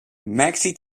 maxi